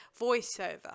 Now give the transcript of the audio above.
voiceover